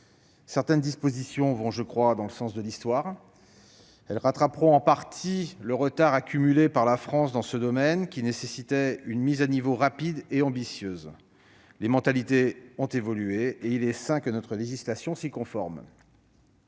Certaines dispositions vont, je le pense, dans le sens de l'Histoire. Elles permettront de rattraper en partie le retard accumulé par la France dans ce domaine, retard qui nécessitait une mise à niveau rapide et ambitieuse. Les mentalités ont évolué et il est sain que notre législation s'y conforme.